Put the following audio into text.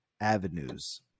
avenues